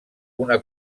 una